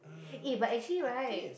eh but actually right